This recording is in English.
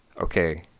okay